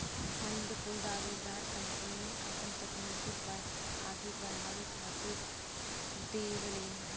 fund कुल दावेदार कंपनियन आपन तकनीक आगे अड़ावे खातिर देवलीन